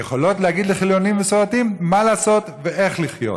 יכולות להגיד לחילונים ולמסורתיים מה לעשות ואיך לחיות,